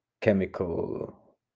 chemical